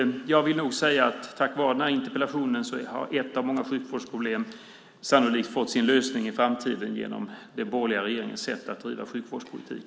Jag vill nog säga att tack vare den här interpellationen har ett av många sjukvårdsproblem sannolikt fått sin lösning i framtiden genom den borgerliga regeringens sätt att driva sjukvårdspolitik.